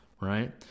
right